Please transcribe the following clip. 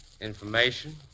Information